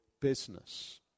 business